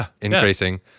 increasing